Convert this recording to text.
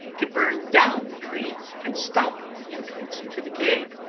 to burn down the tree and stop up the entrance into the cave.